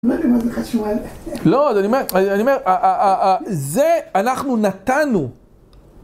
לא יודע מה זה חשוב עליך. לא, אני אומר, זה, אנחנו נתנו.